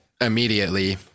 immediately